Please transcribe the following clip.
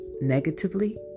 negatively